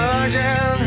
again